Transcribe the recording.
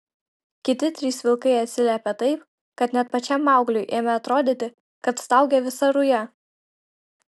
kiti trys vilkai atsiliepė taip kad net pačiam maugliui ėmė atrodyti kad staugia visa ruja